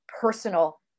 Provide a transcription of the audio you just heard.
personal